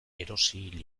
erosi